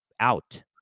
out